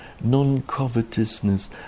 non-covetousness